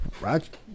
right